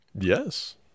Yes